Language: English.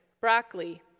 broccoli